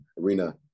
Arena